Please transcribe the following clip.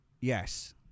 yes